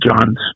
Johns